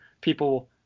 people